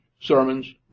sermons